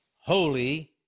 holy